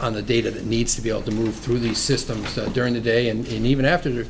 on the data that needs to be able to move through the system during the day and even after